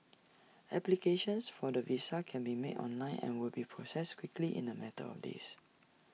applications for the visa can be made online and will be processed quickly in A matter of days